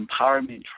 empowerment